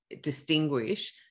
distinguish